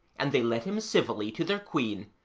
and they led him civilly to their queen,